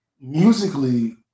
musically